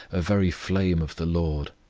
a very flame of the lord.